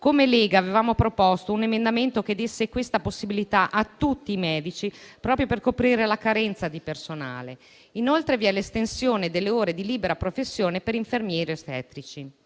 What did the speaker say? d'Azioneavevamo proposto un emendamento che desse questa possibilità a tutti i medici, proprio per coprire la carenza di personale. Ci sono, inoltre, l'estensione delle ore di libera professione per infermieri e ostetrici,